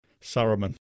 Saruman